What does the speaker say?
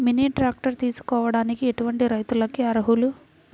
Mini tractor తీసుకోవడానికి ఎటువంటి రైతులకి అర్హులు?